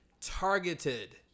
targeted